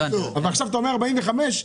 ועכשיו אתה אומר 45,